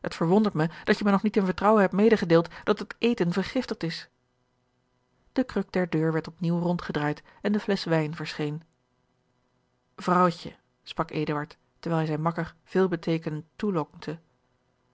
het verwondert mij dat je mij nog niet in vertrouwen hebt medegedeeld dat het eten vergiftigd is de kruk der deur werd op nieuw rondgedraaid en de flesch wijn verscheen vrouwtje sprak eduard terwijl hij zijn makker veelbeteekend toelonkte